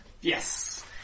Yes